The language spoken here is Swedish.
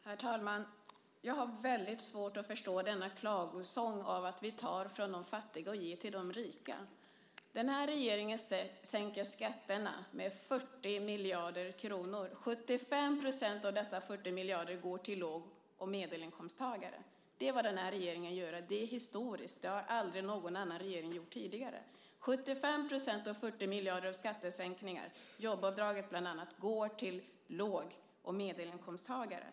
Herr talman! Jag har väldigt svårt att förstå denna klagosång över att vi skulle ta från de fattiga och ge till de rika. Regeringen sänker skatterna med 40 miljarder kronor. Av dessa 40 miljarder går 75 % till låg och medelinkomsttagare. Det är vad den här regeringen gör, och det är historiskt. Det har aldrig någon annan regering gjort. Av 40 miljarder i skattesänkningar, bland annat jobbavdraget, går 75 % till låg och medelinkomsttagare.